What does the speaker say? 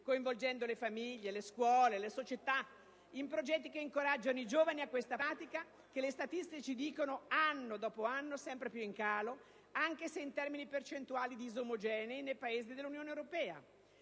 coinvolgendo famiglie, scuole e società in progetti che incoraggino i giovani a questa pratica, che le statistiche ci dicono, anno dopo anno, sempre più in calo, anche se in termini percentuali disomogenei nei diversi Paesi dell'Unione europea.